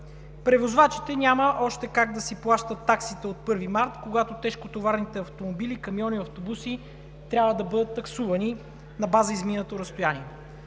превозвачите още няма как да си плащат таксите от 1 март, когато тежкотоварните автомобили, камиони и автобуси трябва да бъдат таксувани на база изминато разстояние.